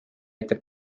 aitab